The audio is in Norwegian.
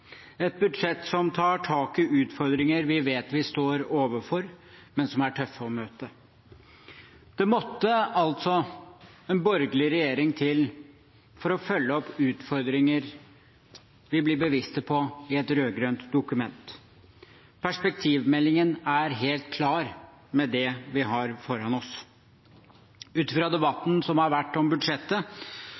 et budsjett som tar tak i utfordringer vi vet vi står overfor, men som er tøffe å møte. Det måtte altså en borgerlig regjering til for å følge opp utfordringer vi ble bevisste på i et rød-grønt dokument. Perspektivmeldingen er helt klar på det vi har foran oss. Ut ifra debatten som har vært om budsjettet,